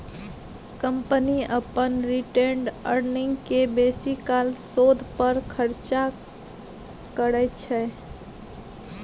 company अपन retained earning केँ बेसीकाल शोध पर खरचा करय छै